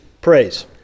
praise